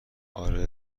آره